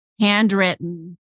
handwritten